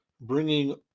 bringing